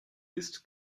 ist